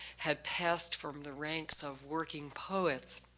had passed from the ranks of working poets.